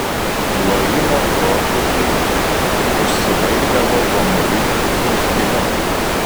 lojimo protrūkiai užsibaigdavo gomuriniu urzgimu